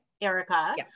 Erica